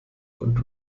und